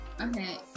Okay